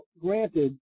granted